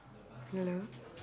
hello